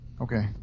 Okay